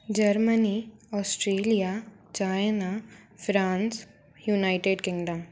Germany Australia China France United Kingdom